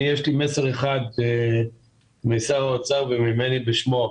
יש לי מסר אחד משר האוצר וממני בשמו,